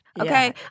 okay